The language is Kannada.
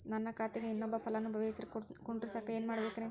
ನನ್ನ ಖಾತೆಕ್ ಇನ್ನೊಬ್ಬ ಫಲಾನುಭವಿ ಹೆಸರು ಕುಂಡರಸಾಕ ಏನ್ ಮಾಡ್ಬೇಕ್ರಿ?